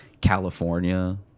California